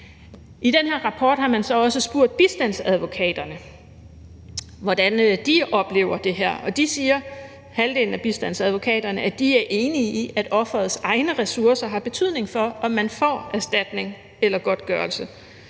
I den her rapport har man så også spurgt bistandsadvokaterne, hvordan de oplever det her, og halvdelen af bistandsadvokaterne siger, at de er enige i, at offerets egne ressourcer har betydning for, om man får erstatning eller godtgørelse.